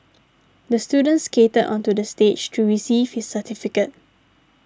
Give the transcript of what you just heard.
the student skated onto the stage to receive his certificate